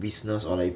business or like